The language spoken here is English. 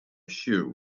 shoe